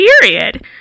period